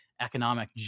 economic